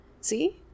See